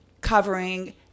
covering –